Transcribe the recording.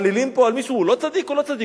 שמעלילים פה על מישהו: הוא לא צדיק, הוא לא צדיק.